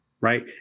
right